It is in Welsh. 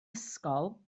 ysgol